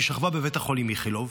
היא שכבה בבית החולים איכילוב,